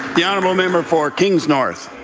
the honourable member for kings north.